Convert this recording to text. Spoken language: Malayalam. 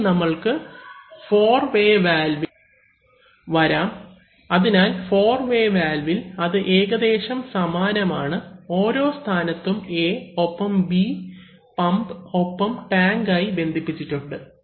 ഇനി നമ്മൾക്ക് ഫോർവേ വാൽവിൽ വരാം അതിനാൽ ഫോർവേ വാൽവിൽ അത് ഏകദേശം സമാനമാണ് ഓരോ സ്ഥാനത്തും A ഒപ്പം B പമ്പ് ഒപ്പം ടാങ്ക് ആയി ബന്ധിപ്പിച്ചിട്ടുണ്ട്